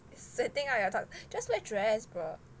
sweating out your tox~ just wear dress bro~